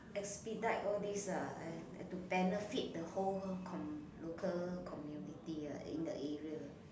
expedite all these ah to benefit the whole comm~ local community ah in the area